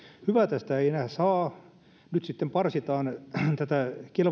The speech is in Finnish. hyvää tästä ei enää saa ja nyt sitten parsitaan tätä